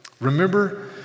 Remember